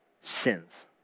sins